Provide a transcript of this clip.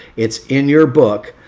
it's in your book,